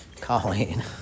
Colleen